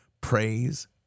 Praise